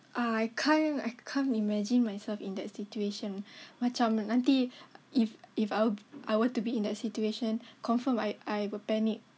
I can't I can't imagine myself in that situation macam nanti if if I were to be in that situation confirm I I would panic